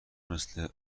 مثل